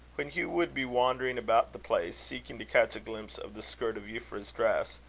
when hugh would be wandering about the place, seeking to catch a glimpse of the skirt of euphra's dress,